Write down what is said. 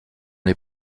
les